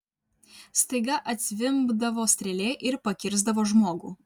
staiga atzvimbdavo strėlė ir pakirsdavo žmogų